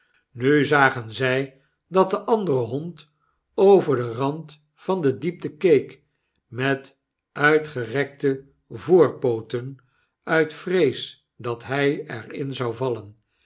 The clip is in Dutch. nu zagen zy dat de andere hond over den rand van de diepte keek met uitgerekte voorpooten uit vrees dat htj er in zou vallen